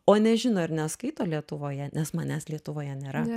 o nežino ir neskaito lietuvoje nes manęs lietuvoje nėra